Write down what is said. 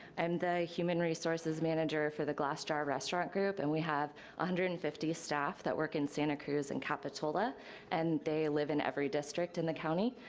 i'm the human resources manager for the glass jar restaurant group and we have one ah hundred and fifty staff that work in santa cruz and capitola and they live in every district in the county.